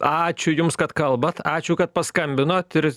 ačiū jums kad kalbat ačiū kad paskambinot ir